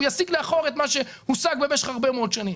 הוא יסיע לאחור את מה שהושג במשך הרבה מאוד שנים.